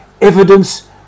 evidence